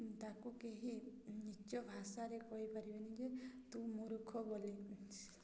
ତାକୁ କେହି ନିଜ ଭାଷାରେ କହିପାରିବେନି ଯେ ତୁ ମୂର୍ଖ ବୋଲି